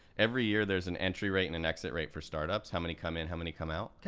every year there's an entry rate and an exit rate for startups, how many come in, how many come out.